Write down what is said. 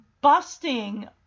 busting